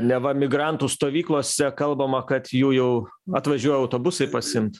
neva migrantų stovyklose kalbama kad jų jau atvažiuoja autobusai pasiimt